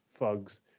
Fugs